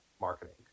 marketing